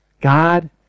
God